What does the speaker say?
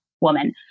woman